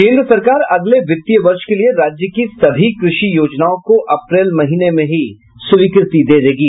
केन्द्र सरकार अगले वित्तीय वर्ष के लिए राज्य की सभी कृषि योजनाओं को अप्रैल महीने में ही स्वीकृति दे देगी